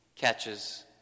catches